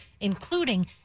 including